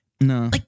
no